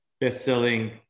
best-selling